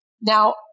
Now